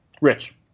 Rich